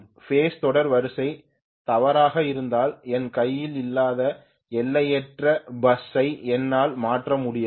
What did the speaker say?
base தொடர் வரிசை தவறாக இருந்தால் என் கையில் இல்லாத எல்லையற்ற பஸ் ஸை என்னால் மாற்ற முடியாது